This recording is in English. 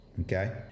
Okay